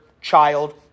child